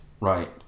Right